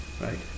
right